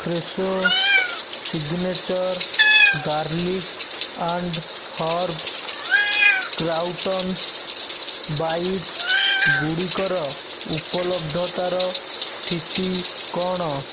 Fresho signature garlic and herb croutons bites ଗୁଡ଼ିକର ଉପଲବ୍ଧତାର ସ୍ଥିତି କ'ଣ